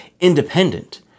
independent